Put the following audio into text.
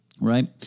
right